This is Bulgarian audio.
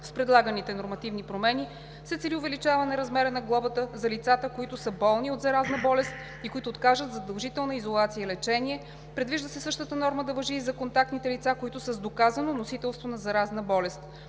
С предлаганите нормативни промени се цели увеличаване размера на глобата за лицата, които са болни от заразна болест и които откажат задължителна изолация и лечение. Предвижда се същата норма да важи и за контактните лица, които са с доказано носителство на заразна болест.